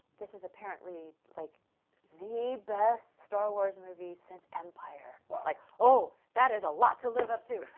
this is apparently like the best star wars movie since empire. like oh that is a lot to live up to!